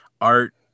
art